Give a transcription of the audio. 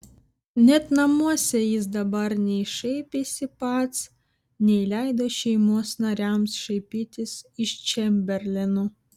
net namuose jis dabar nei šaipėsi pats nei leido šeimos nariams šaipytis iš čemberleno